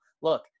Look